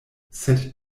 sed